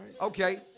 Okay